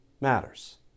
matters